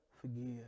Forgive